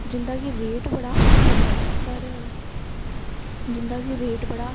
जिंदा कि रेट बड़ा हाई होंदा ऐ पर जिंदा कि रेट बड़ा